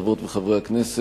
חברות וחברי הכנסת,